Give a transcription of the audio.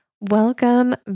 welcome